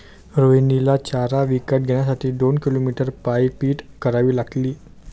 रोहिणीला चारा विकत घेण्यासाठी दोन किलोमीटर पायपीट करावी लागली